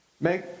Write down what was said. make